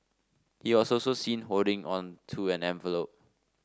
he was also seen holding on to an envelop